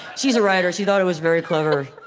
she's a writer. she thought it was very clever.